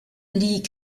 lit